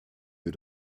für